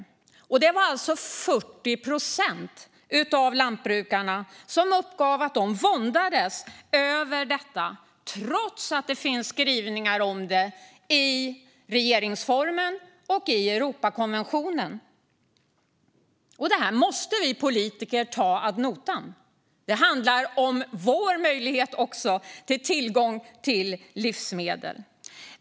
Hela 40 procent av lantbrukarna uppgav att de våndades över detta, trots fina skrivningar i regeringsformen och Europakonventionen. Detta måste vi politiker ta ad notam. Det handlar också om vår möjlighet att ha tillgång till livsmedel.